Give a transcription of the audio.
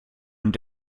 und